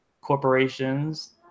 corporations